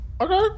Okay